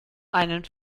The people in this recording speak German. einen